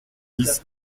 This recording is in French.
dix